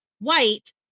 white